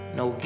no